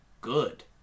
good